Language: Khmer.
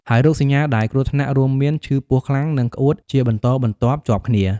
ហើយរោគសញ្ញាដែលគ្រោះថ្នាក់រួមមាន ឈឺពោះខ្លាំង និងក្អួតជាបន្តបន្ទាប់ជាប់គ្នា។